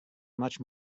much